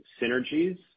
synergies